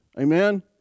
Amen